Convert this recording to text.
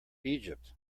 egypt